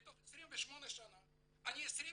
ומתוך 28 שנה אני עוסק